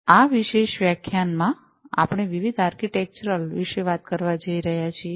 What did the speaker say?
આ વિશેષ વ્યાખ્યાનમાં આપણે વિવિધ આર્કિટેચરલ વિશે વાત કરવા જઈ રહ્યા છીએ